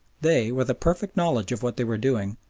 they, with a perfect knowledge of what they were doing,